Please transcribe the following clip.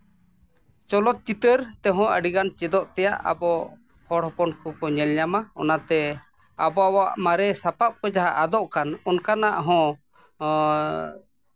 ᱪᱚᱞᱚᱛ ᱪᱤᱛᱟᱹᱨ ᱛᱮᱦᱚᱸ ᱟᱹᱰᱤᱜᱟᱱ ᱪᱮᱫᱚᱜ ᱛᱮᱭᱟᱜ ᱟᱵᱚ ᱦᱚᱲ ᱦᱚᱯᱚᱱ ᱠᱚᱠᱚ ᱧᱮᱞ ᱧᱟᱢᱟ ᱚᱱᱟᱛᱮ ᱟᱵᱚᱣᱟᱜ ᱢᱟᱨᱮ ᱥᱟᱯᱟᱯ ᱠᱚ ᱡᱟᱦᱟᱸ ᱟᱫᱚᱜ ᱠᱟᱱ ᱚᱱᱠᱟᱱᱟᱜ ᱦᱚᱸ